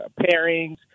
pairings